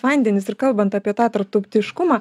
vandenis ir kalbant apie tą tarptautiškumą